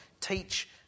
Teach